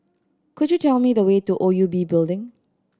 could you tell me the way to O U B Building